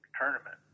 tournament